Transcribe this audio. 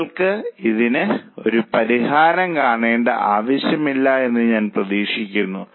നിങ്ങൾക്ക് ഇതിന് ഞാൻ പരിഹാരം കാണേണ്ട ആവശ്യമില്ല എന്ന് പ്രതീക്ഷിക്കുന്നു